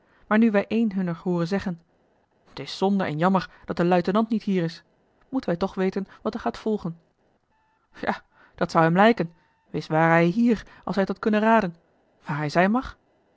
maar nu wij één hunner hooren zeggen t is zonde en jammer dat de luitenant niet hier is moeten wij toch weten wat er gaat volgen ja dat zou hem lijken wis ware hij hier als hij t had kunnen raden waar hij zijn mag